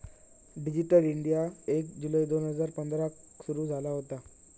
digital India एक जुलै दोन हजार पंधराक सुरू झाला होता